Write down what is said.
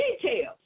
details